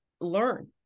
learn